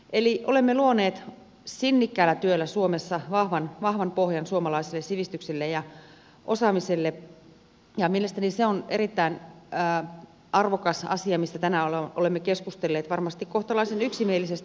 eli olemme luoneet sinnikkäällä työllä suomessa vahvan pohjan suomalaiselle sivistykselle ja osaamiselle ja mielestäni se on erittäin arvokas asia mistä tänään olemme keskustelleet varmasti kohtalaisen yksimielisesti